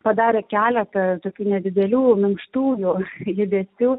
padarė keletą tokių nedidelių minkštų judesių